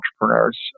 entrepreneurs